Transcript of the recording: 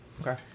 Okay